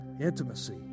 intimacy